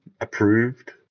approved